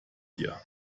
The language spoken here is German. dir